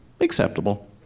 Acceptable